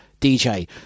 DJ